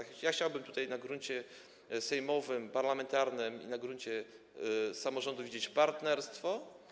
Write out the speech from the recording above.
Chciałbym tutaj na gruncie sejmowym, parlamentarnym i na gruncie samorządów widzieć partnerstwo.